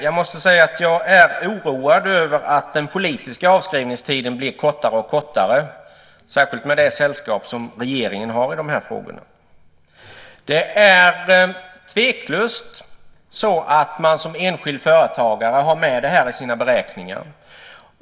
Jag är oroad över att den politiska avskrivningstiden blir kortare och kortare, särskilt med det sällskap som regeringen har i de här frågorna. Det är tveklöst så att man som enskild företagare har med detta i sina beräkningar.